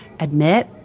admit